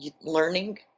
learning